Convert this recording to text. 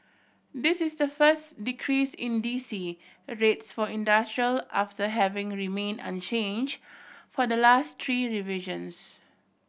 this is the first decrease in D C a rates for industrial after having remain unchange for the last three revisions